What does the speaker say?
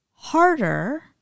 Harder